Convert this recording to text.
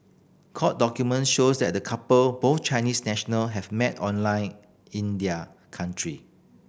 court document shows that the couple both Chinese national have met online in their country